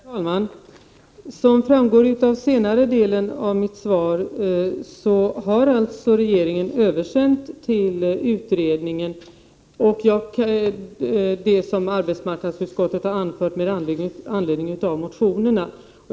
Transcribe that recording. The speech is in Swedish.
Herr talman! Som framgår av senare delen av mitt svar har regeringen översänt till utredningen det som arbetsmarknadsutskottet har anfört med anledning av motionerna.